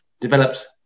developed